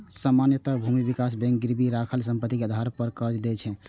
सामान्यतः भूमि विकास बैंक गिरवी राखल संपत्ति के आधार पर कर्ज दै छै